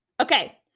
okay